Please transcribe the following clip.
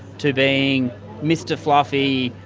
to being mr fluffy,